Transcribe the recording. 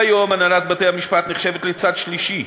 כיום, הנהלת בתי-המשפט נחשבת לצד שלישי,